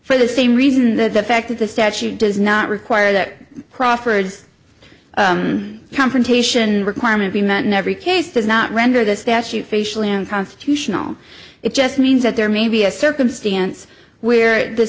for the same reason that the fact that the statute does not require that crawford's confrontation requirement be met in every case does not render the statute facially unconstitutional it just means that there may be a circumstance where the